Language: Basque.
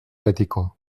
betiko